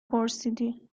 پرسیدی